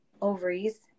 ovaries